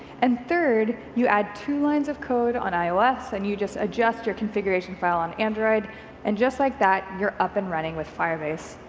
and third, you add two lines of code on ios and you just adjust your configuration file on android and just like that you're up and running with firebase.